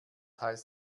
heißt